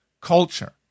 culture